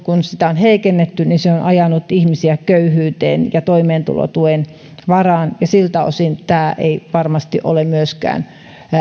kun ensisijaista toimeentuloa on heikennetty on ajanut ihmisiä köyhyyteen ja toimeentulotuen varaan ja siltä osin tämä ei varmasti ole myöskään